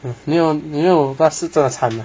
没有没有巴士车站真的惨 liao